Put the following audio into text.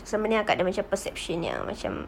selama ini akak ada perception yang macam